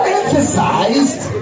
emphasized